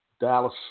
Dallas